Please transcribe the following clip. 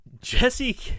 Jesse